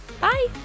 bye